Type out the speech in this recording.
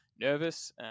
nervous